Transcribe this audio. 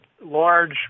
large